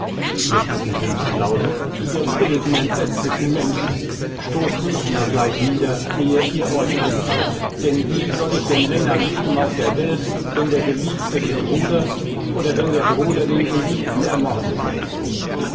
schluchzend rief sie laut ihr wilden entsetzlichen menschen stoßt mich nur gleich nieder ehe ihr euch anfallt denn wie soll ich denn länger leben auf der welt wenn der geliebte den bruder oder wenn der bruder den geliebten ermordet hat